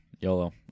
YOLO